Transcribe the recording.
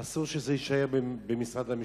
אסור שזה יישאר במשרד המשפטים.